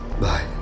Bye